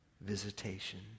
visitation